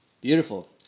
Beautiful